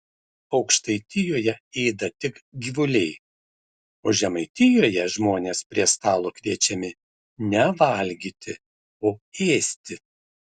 aukštaitijoje ėda tik gyvuliai o žemaitijoje žmonės prie stalo kviečiami ne valgyti o ėsti